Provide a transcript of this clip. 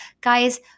Guys